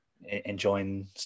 enjoying